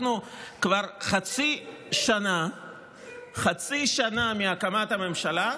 אנחנו כבר חצי שנה מהקמת הממשלה,